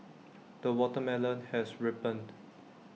the watermelon has ripened